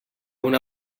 una